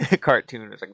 cartoon